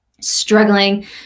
struggling